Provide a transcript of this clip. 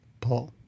Paul